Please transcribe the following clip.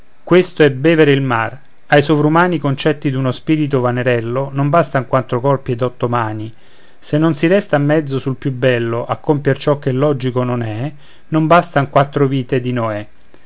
questo è bevere il mar ai sovrumani concetti d'uno spirto vanerello non bastan quattro corpi ed otto mani se non si resta a mezzo sul più bello a compier ciò che logico non è non bastan quattro vite di noè